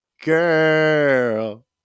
Girl